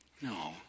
No